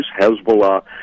Hezbollah